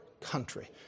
country